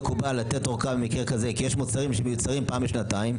מקובל במקרה כזה לתת ארכה במקרה כזה כי יש מוצרים שמיוצרים פעם בשנתיים.